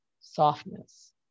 softness